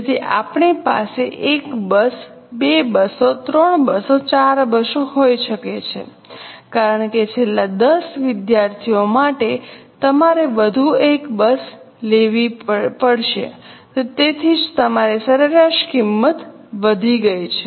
તેથી આપણી પાસે 1 બસ 2 બસો 3 બસો 4 બસો હોઈ શકે છે કારણ કે છેલ્લા 10 વિદ્યાર્થીઓ માટે તમારે વધુ એક બસ લેવી પડશે તેથી જ તમારી સરેરાશ કિંમત વધી ગઈ છે